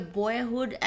boyhood